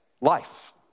life